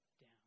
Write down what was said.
down